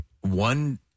one